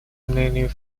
мнению